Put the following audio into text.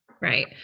Right